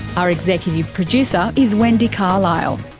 our executive producer is wendy carlisle,